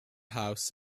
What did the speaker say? house